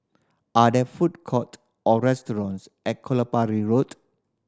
are there food courts or restaurants at Kelopak Road